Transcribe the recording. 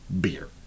Beer